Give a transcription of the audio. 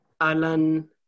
Alan